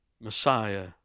Messiah